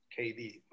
KD